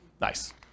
Nice